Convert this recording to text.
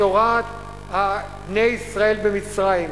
בשורת בני ישראל במצרים.